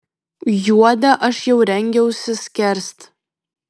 juodę aš jau rengiausi skerst